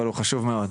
אבל הוא חשוב מאוד.